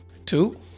Two